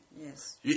Yes